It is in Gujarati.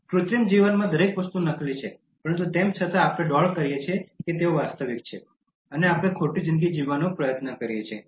કૃત્રિમ જીવનમાં દરેક વસ્તુ નકલી છે પરંતુ તેમ છતાં આપણે ડોળ કરીએ છીએ કે વસ્તુઓ વાસ્તવિક છે અને આપણે ખોટી જીંદગી જીવવાનો પ્રયત્ન કરીએ છીએ